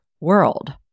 world